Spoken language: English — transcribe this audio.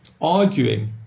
arguing